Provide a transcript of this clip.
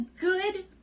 good